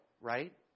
Right